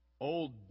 old